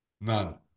None